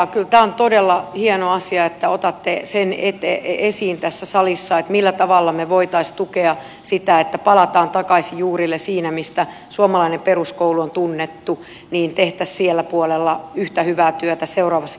kyllä tämä on todella hieno asia että otatte sen esiin tässä salissa millä tavalla me voisimme tukea sitä että palataan takaisin juurille siinä mistä suomalainen peruskoulu on tunnettu ja tehtäisiin siellä puolella yhtä hyvää työtä seuraavassakin sukupolvessa